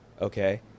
okay